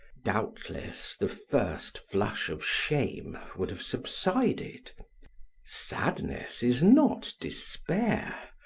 doubtless the first flush of shame would have subsided sadness is not despair,